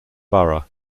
borough